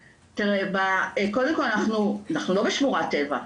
תראה, קודם כל, אנחנו בשמורת טבע.